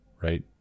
right